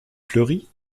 fleuri